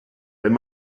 wenn